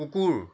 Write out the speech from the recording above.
কুকুৰ